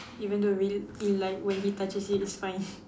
even though we'll he like when he touches it it's fine